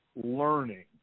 learning